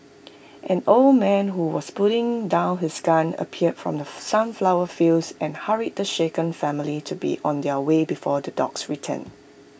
an old man who was putting down his gun appeared from the sunflower fields and hurried the shaken family to be on their way before the dogs return